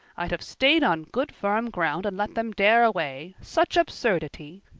i'd have stayed on good firm ground and let them dare away. such absurdity!